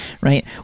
right